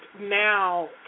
now